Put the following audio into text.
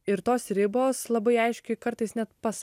ir tos ribos labai aiškiai kartais net pas